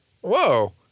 whoa